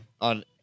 on